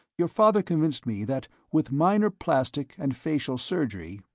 your father convinced me that with minor plastic and facial surgery,